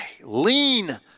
Lean